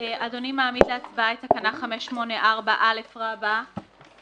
אדוני מעמיד להצבעה את תקנה 584א כולו,